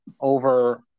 over